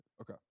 Okay